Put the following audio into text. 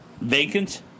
vacant